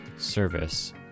service